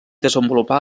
desenvolupà